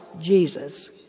Jesus